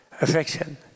affection